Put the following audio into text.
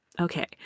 okay